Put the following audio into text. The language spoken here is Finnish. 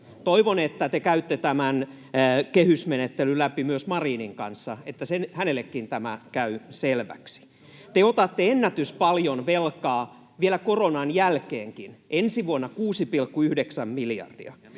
Toivon, että te käytte tämän kehysmenettelyn läpi myös Marinin kanssa, että hänellekin tämä käy selväksi. Te otatte ennätyspaljon velkaa vielä koronan jälkeenkin, ensi vuonna 6,9 miljardia,